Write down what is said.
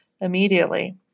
immediately